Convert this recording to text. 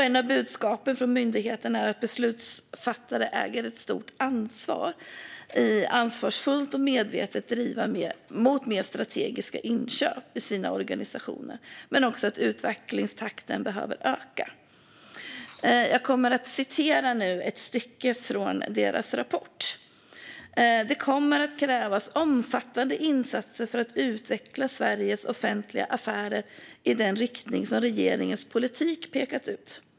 Ett av budskapen från myndigheten är att beslutsfattare äger ett stort ansvar när det gäller att just ansvarsfullt och medvetet driva arbetet mot mer strategiska inköp i sina organisationer men också när det gäller att utvecklingstakten behöver öka. Jag kommer nu att citera ett stycke ur deras rapport. "Det kommer att krävas omfattande insatser för att utveckla Sveriges offentliga affärer i den riktning som regeringens politik pekat ut.